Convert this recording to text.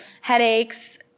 headaches